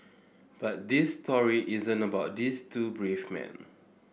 but this story isn't about these two brave men